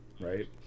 right